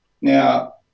Now